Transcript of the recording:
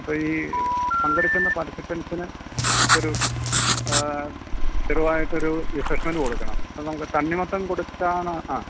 അപ്പം ഈ പങ്കെടുക്കുന്ന പാർട്ടിസിപ്പൻസിന് അപ്പോൾ ഒരു ചെറുതായിട്ടൊരു റിഫ്രെഷ്മെൻറ് കൊടുക്കണം അപ്പം നമുക്ക് തണ്ണിമത്തൻ കൊടുത്താണ് ആ